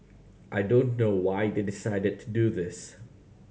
I don't know why they decided to do this